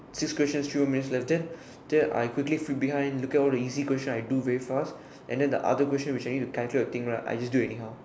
six question two minute left then then I quickly flip behind look all easy question I do very fast and then the other question we changed it calculate the thing lah I just do it anyhow